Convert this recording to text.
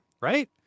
Right